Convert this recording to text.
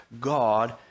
God